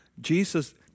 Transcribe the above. Jesus